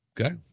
Okay